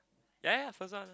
ya ya first one